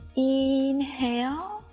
inhale